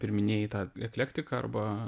ir minėjai eklektiką arba